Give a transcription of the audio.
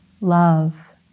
love